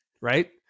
Right